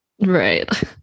Right